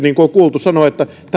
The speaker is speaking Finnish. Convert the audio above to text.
niin kuin on kuultu sanovat että